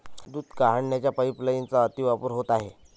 दूध काढण्याच्या पाइपलाइनचा अतिवापर होत आहे